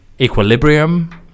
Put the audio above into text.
Equilibrium